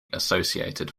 associated